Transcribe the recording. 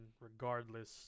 regardless